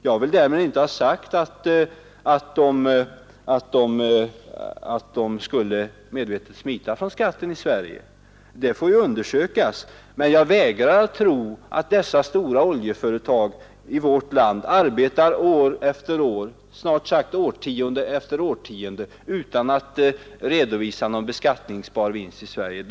Jag vill därmed inte ha sagt att oljebolagen medvetet skulle smita från skatten i Sverige — det får undersökas. Men jag vägrar att tro att dessa stora oljeföretag arbetar år efter år, årtionde efter årtionde utan att göra någon beskattningsbar vinst i vårt land.